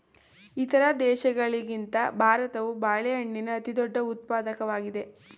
ಇತರ ದೇಶಗಳಿಗಿಂತ ಭಾರತವು ಬಾಳೆಹಣ್ಣಿನ ಅತಿದೊಡ್ಡ ಉತ್ಪಾದಕವಾಗಿದೆ